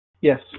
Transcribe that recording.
Yes